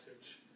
message